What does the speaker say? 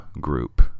group